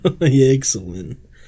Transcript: Excellent